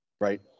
Right